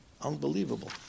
unbelievable